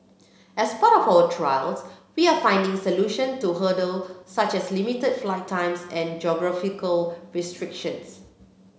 as part of our trials we are finding solution to hurdle such as limited flight times and geographical restrictions